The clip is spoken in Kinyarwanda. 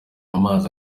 amazi